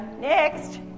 next